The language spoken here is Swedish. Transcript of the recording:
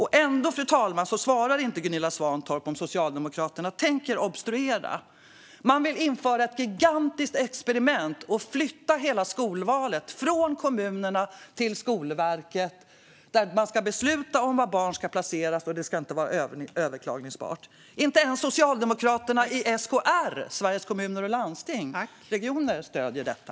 Gunilla Svantorp svarar inte på om Socialdemokraterna tänker obstruera. De vill föra ett gigantiskt experiment och flytta hela skolvalet från kommunerna till Skolverket, där man ska besluta om var barn ska placeras. Och det ska inte vara överklagningsbart. Inte ens Socialdemokraterna i SKR, Sveriges Kommuner och Regioner, stöder detta.